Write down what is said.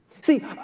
See